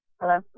Hello